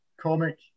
comic